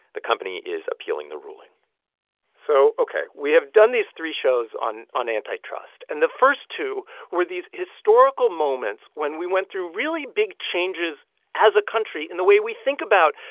the company is appealing the ruling so, ok, we have done these three shows on on antitrust, and the first two were these historical moments when we went through really big changes as a country in the way we think about,